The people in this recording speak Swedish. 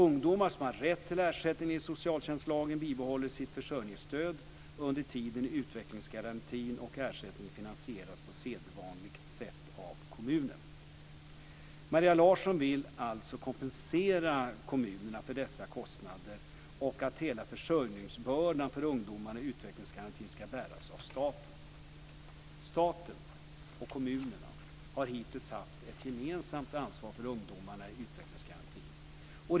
Ungdomar som har rätt till ersättning enligt socialtjänstlagen bibehåller sitt försörjningsstöd under tiden i utvecklingsgarantin, och ersättningen finansieras på sedvanligt sätt av kommunen. Maria Larsson vill alltså kompensera kommunerna för dessa kostnader och att hela försörjningsbördan för ungdomarna i utvecklingsgarantin ska bäras av staten. Staten och kommunerna har hittills haft ett gemensamt ansvar för ungdomarna i utvecklingsgarantin.